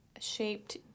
shaped